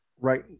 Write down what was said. Right